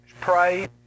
Pray